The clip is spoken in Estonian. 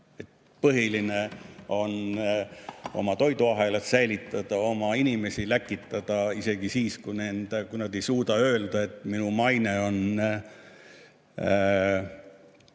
Põhiline on oma toiduahelad säilitada, oma inimesi läkitada, isegi siis, kui nad ei suuda öelda: "Mul on